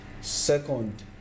Second